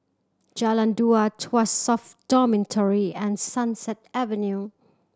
Jalan Dua Tuas South Dormitory and Sunset Avenue